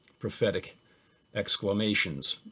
prophetic exclamations,